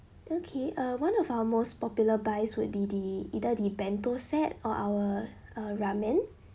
okay uh one of our most popular buys would be the either the bento set or our uh ramen